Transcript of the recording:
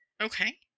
Okay